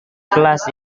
kelas